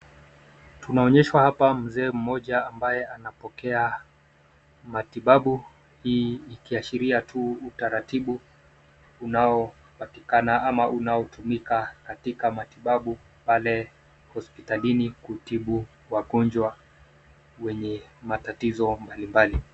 Tunaonyeshwa hapa mzee mmoja ambaye anapokea matibabu hii ikiashiria tu utaratibu unaopatikana ama unaotumika katika matibabu pale hospitalini kutibu wagonjwa wenye matatizo mbalimbali.